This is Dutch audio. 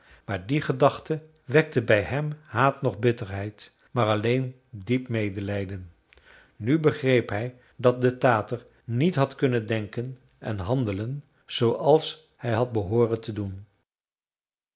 maar die gedachte wekte bij hem haat noch bitterheid maar alleen diep medelijden nu begreep hij dat de tater niet had kunnen denken en handelen zooals hij had behooren te doen